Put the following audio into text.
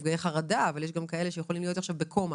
הרי יש גם פגועים שיכולים להיות בקומה.